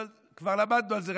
אבל כבר למדנו על זה,